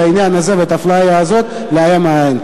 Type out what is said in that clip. העניין הזה ואת האפליה הזאת להעלים מהעין.